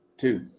two